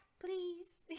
please